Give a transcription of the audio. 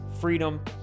freedom